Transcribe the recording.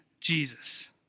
Jesus